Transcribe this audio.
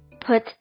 Put